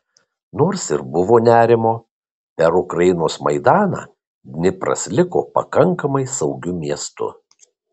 nors ir buvo nerimo per ukrainos maidaną dnipras liko pakankamai saugiu miestu